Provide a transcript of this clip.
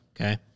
okay